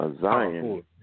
Zion